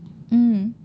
mm